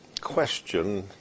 question